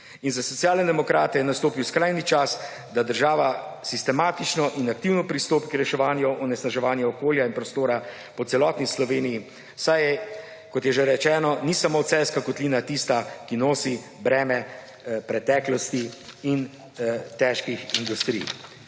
In za Socialne demokrate je nastopil skrajni čas, da država sistematično in aktivno pristopi k reševanju onesnaževanja okolja in prostora po celotni Sloveniji, saj – kot že rečeno – ni samo Celjska kotlina tista, ki nosi breme preteklosti in težkih industrij.